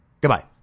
Goodbye